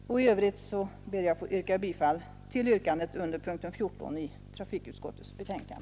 I övrigt ber jag att få yrka bifall till trafikutskottets hemställan under punkten 14.